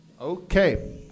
Okay